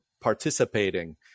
participating